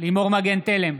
לימור מגן תלם,